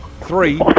three